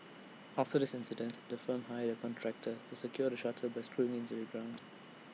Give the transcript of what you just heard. after this incident the firm hired A contractor to secure the shutter by screwing IT into the ground